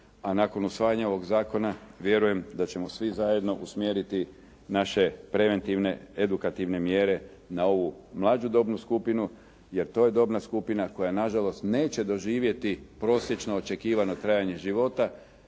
a nakon usvajanja ovog zakona vjerujem da ćemo svi zajedno usmjeriti naše preventivne edukativne mjere na ovu mlađu dobnu skupinu jer to je dobna skupina koja na žalost neće doživjeti prosječno očekivano trajanje života,